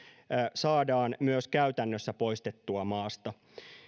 saadaan myös käytännössä poistettua maasta